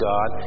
God